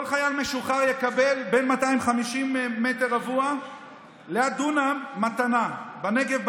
כל חייל משוחרר יקבל מ-250 מ"ר עד לדונם מתנה בנגב,